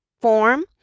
form